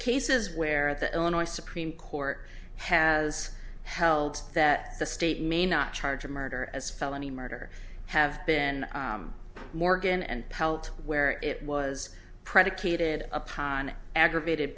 cases where the illinois supreme court has held that the state may not charge of murder as felony murder have been morgan and pelt where it was predicated upon an aggravated